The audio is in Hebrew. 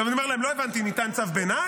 אני אומר להם: לא הבנתי, ניתן צו ביניים?